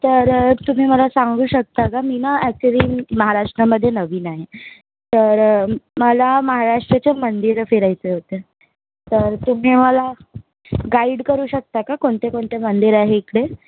तर तुम्ही मला सांगू शकता का मी ना ॲक्चुअली महाराष्ट्रामध्ये नवीन आहे तर मला महाराष्ट्राचे मंदिरं फिरायचे होते तर तुम्ही मला गाईड करू शकता का कोणते कोणते मंदिर आहे इकडे